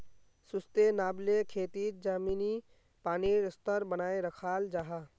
sustainable खेतित ज़मीनी पानीर स्तर बनाए राखाल जाहा